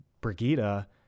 brigida